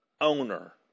owner